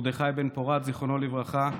מרדכי בן-פורת, זיכרונו לברכה.